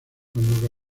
cuando